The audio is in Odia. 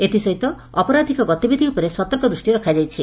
ଏଥିସହିତ ଅପରାଧକ ଗତିବିଧି ଉପରେ ସତର୍କ ଦୃଷ୍ଟି ରଖାଯାଇଛି